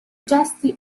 gesti